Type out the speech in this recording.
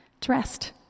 dressed